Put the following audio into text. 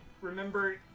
remember